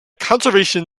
conservation